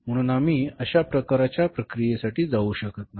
200 म्हणून आम्ही अशा प्रकारच्या प्रक्रियेसाठी जाऊ शकत नाही